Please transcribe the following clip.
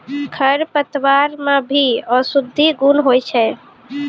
खरपतवार मे भी औषद्धि गुण होय छै